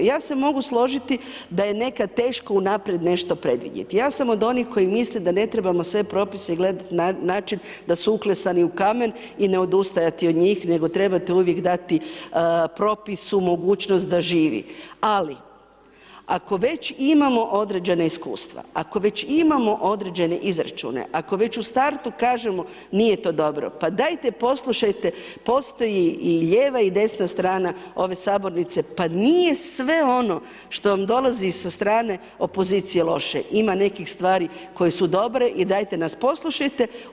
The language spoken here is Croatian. Ja se mogu složiti da je nekad teško u naprijed nešto predvidjeti, ja sam od onih koji misle da ne trebamo sve propise gledati na način da su uklesani u kamen i ne odustajati od njih, nego trebate uvijek dati propisu mogućnost da živi, ali ako već imamo određena iskustva, ako već imamo određene izračune, ako već u startu kažemo nije to dobro, pa dajte poslušajte postoji i lijeva i desna strana ove sabornice pa nije sve ono što vam dolazi sa strane opozicije loše, ima nekih stvari koje su dobre i dajte nas poslušajte.